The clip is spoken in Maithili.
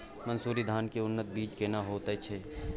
मन्सूरी धान के उन्नत बीज केना होयत छै?